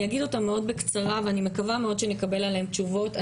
אני אגיד אותן מאוד בקצרה ואני מקווה מאוד שנקבל עליהן תשובות.